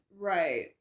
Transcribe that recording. right